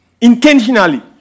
Intentionally